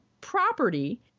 property